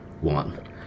one